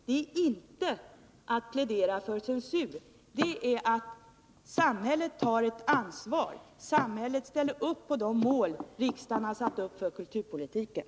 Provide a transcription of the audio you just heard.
Det är inte att plädera för censur utan att låta samhället ta ansvar och ställa upp bakom de mål som riksdagen har satt upp för kulturpolitiken.